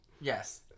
Yes